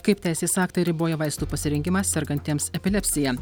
kaip teisės aktai riboja vaistų pasirinkimą sergantiems epilepsija